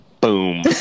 Boom